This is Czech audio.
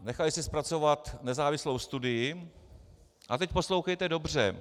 Nechali si zpracovat nezávislou studii a teď poslouchejte dobře.